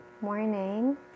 morning